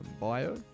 bio